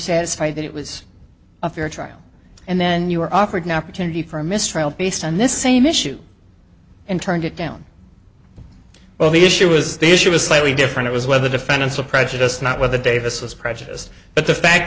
satisfied that it was a fair trial and then you were offered an opportunity for a mistrial based on this same issue and turned it down well the issue was the issue was slightly different it was whether defendants were prejudiced not whether davis was prejudiced but the fact